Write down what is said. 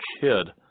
kid